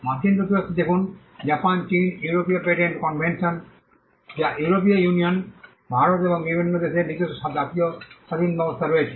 মার্কিন যুক্তরাষ্ট্র দেখুন জাপান চীন ইউরোপীয় পেটেন্ট কনভেনশন যা ইউরোপীয় ইউনিয়ন ভারত এবং বিভিন্ন দেশের নিজস্ব জাতীয় শাসন ব্যবস্থা রয়েছে